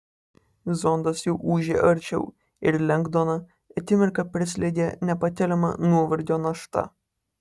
zondas jau ūžė arčiau ir lengdoną akimirką prislėgė nepakeliama nuovargio našta